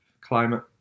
climate